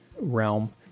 realm